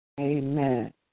Amen